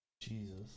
Jesus